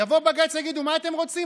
יבוא בג"ץ ויגיד: מה אתם רוצים?